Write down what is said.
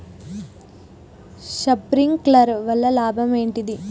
Sprinkler వల్ల లాభం ఏంటి?